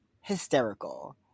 hysterical